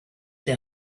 der